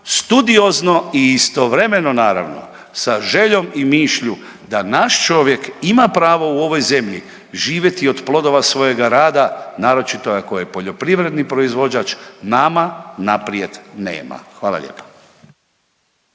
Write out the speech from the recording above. studiozno i istovremeno naravno sa željom i mišlju da naš čovjek ima pravo u ovoj zemlji živjeti od plodova svojega rada naročito ako je poljoprivredni proizvođač nama naprijed nema. Hvala lijepa.